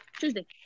Tuesday